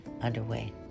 underway